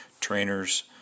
trainers